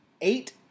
eight